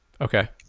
okay